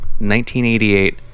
1988